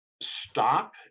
stop